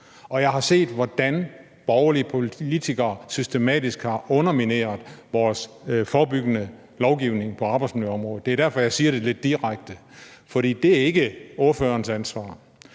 Og jeg har set, hvordan borgerlige politikere systematisk har undermineret vores forebyggende lovgivning på arbejdsmiljøområdet, og det er derfor, jeg siger det lidt direkte. Det er ikke ordførerens ansvar,